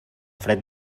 fred